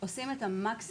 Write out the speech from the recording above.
אנחנו עושים את המקסימום